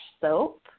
soap